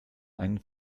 einem